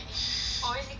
always eat kaya lah